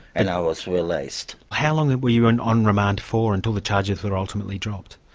and i was released. how long were you and on remand for until the charges were ultimately dropped?